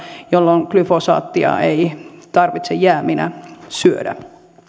jolloin glyfosaattia ei tarvitse jääminä syödä